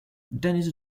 dennis